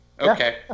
okay